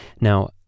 Now